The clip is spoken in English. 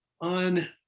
on